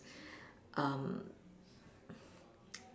um